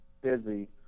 busy